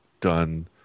done